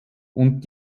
und